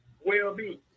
well-being